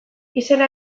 izena